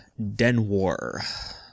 Denwar